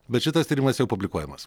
bet šitas tyrimas jau publikuojamas